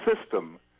system